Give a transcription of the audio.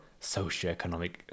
socioeconomic